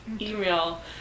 email